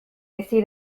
hezi